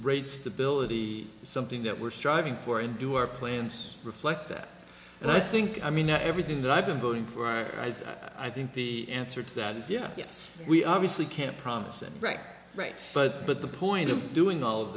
great stability is something that we're striving for and do our plans reflect that and i think i mean everything that i've been voting for i think the answer to that is yes yes we obviously can't promise it right right but but the point of doing all of